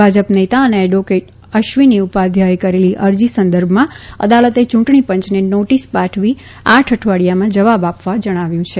ભાજપ નેતા અને એડવોકેટ અશ્વીની ઉપાધ્યાયે કરેલી અરજી સંદર્ભમાં અદાલતે યૂંટણીપંચને નોટીસ પાઠવી આઠ અઠવાડિયામાં જવાબ આપવા જણાવ્યું છે